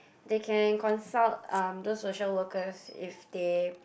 they can consult um those social workers if they